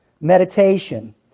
meditation